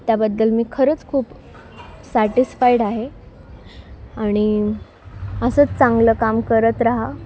त्याबद्दल मी खरंच खूप सॅटिस्फाईड आहे आणि असंच चांगलं काम करत रहा